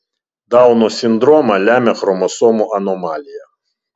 dauno sindromą lemia chromosomų anomalija